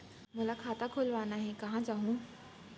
मोला खाता खोलवाना हे, कहाँ जाहूँ?